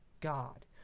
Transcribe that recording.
God